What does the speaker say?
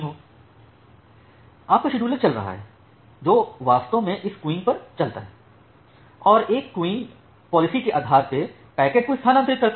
फिर आपका शेड्यूलर चल रहा है जो वास्तव में इस क़ुयूइंग पर चलता है और एक क़ुयूइंग पॉलिसी के आधार पर पैकेट को स्थानांतरित करता है